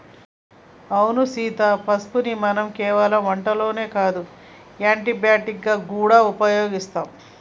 అవును సీత పసుపుని మనం కేవలం వంటల్లోనే కాదు యాంటీ బయటిక్ గా గూడా ఉపయోగిస్తాం